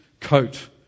coat